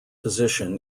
position